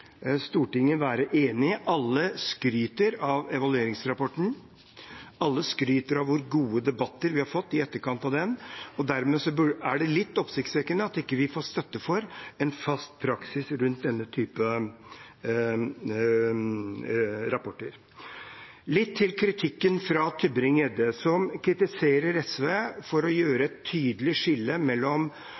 Stortinget være enig i. Alle skryter av evalueringsrapporten, alle skryter av hvor gode debatter vi har fått i etterkant av den. Dermed er det litt oppsiktsvekkende at vi ikke får støtte for en fast praksis rundt denne type rapporter. Litt til kritikken fra Tybring-Gjedde, som kritiserer SV for å skape et tydelig skille mellom